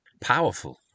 Powerful